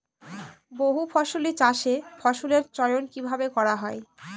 বহুফসলী চাষে ফসলের চয়ন কীভাবে করা হয়?